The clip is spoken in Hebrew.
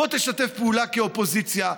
בוא תשתף פעולה כאופוזיציה,